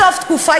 בסוף התקופה,